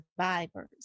survivors